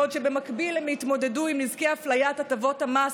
בעוד במקביל הם התמודדו עם נזקי אפליית הטבות המס,